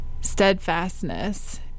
steadfastness